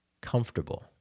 comfortable